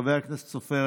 חבר הכנסת סעדי,